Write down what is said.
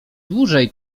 dłużej